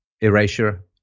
erasure